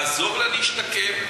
לעזור לה להשתקם.